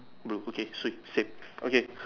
blue okay sweet same okay